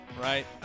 Right